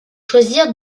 choisir